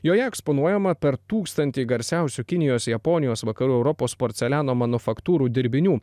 joje eksponuojama per tūkstantį garsiausių kinijos japonijos vakarų europos porceliano manufaktūrų dirbinių